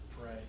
pray